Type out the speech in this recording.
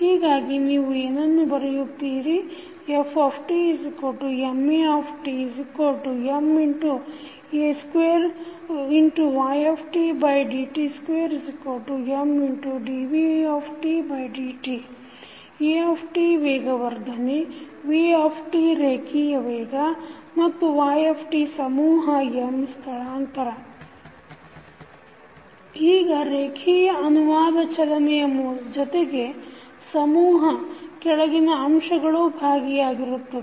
ಹೀಗಾಗಿ ನೀವು ಏನನ್ನು ಬರೆಯುತ್ತೀರಿ ftMatMd2ydt2Mdvdt a ವೇಗ ವರ್ಧನೆ vರೇಖಿಯ ವೇಗ ಮತ್ತು y ಸಮೂಹ M ಸ್ಥಳಾಂತರ ಈಗ ರೇಖಿಯ ಅನುವಾದ ಚಲನೆಯ ಜೊತೆಗೆ ಸಮೂಹ ಕೆಳಗಿನ ಅಂಶಗಳೂ ಭಾಗಿಯಾಗಿರುತ್ತವೆ